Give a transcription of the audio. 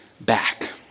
back